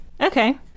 Okay